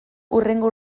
hurrengo